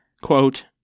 Quote